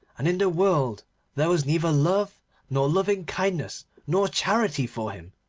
and in the world there was neither love nor loving-kindness nor charity for him,